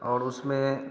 और उसमें